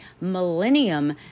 Millennium